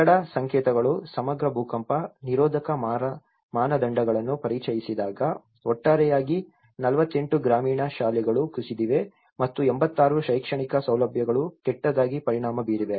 ಕಟ್ಟಡ ಸಂಕೇತಗಳು ಸಮಗ್ರ ಭೂಕಂಪ ನಿರೋಧಕ ಮಾನದಂಡಗಳನ್ನು ಪರಿಚಯಿಸಿದಾಗ ಒಟ್ಟಾರೆಯಾಗಿ 48 ಗ್ರಾಮೀಣ ಶಾಲೆಗಳು ಕುಸಿದಿವೆ ಮತ್ತು 86 ಶೈಕ್ಷಣಿಕ ಸೌಲಭ್ಯಗಳು ಕೆಟ್ಟದಾಗಿ ಪರಿಣಾಮ ಬೀರಿವೆ